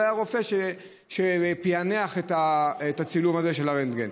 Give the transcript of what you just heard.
כי לא היה רופא שפענח את הצילום הזה של הרנטגן.